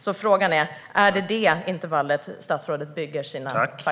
Så frågan är: Är det detta intervall statsrådet bygger sina fakta på?